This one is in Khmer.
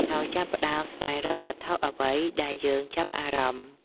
ហើយចាប់ផ្ដើមស្វែងរកវត្ថុអ្វីដែលយើងចាប់អារម្មណ៍។